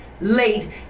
late